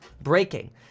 breaking